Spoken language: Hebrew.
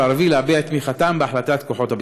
הערבי להביע את תמיכתם בהחלטת כוחות הביטחון.